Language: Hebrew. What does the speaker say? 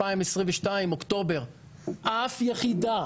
אף יחידה